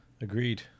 Agreed